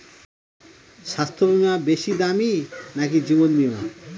স্বাস্থ্য বীমা বেশী দামী নাকি জীবন বীমা?